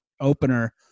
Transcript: opener